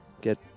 get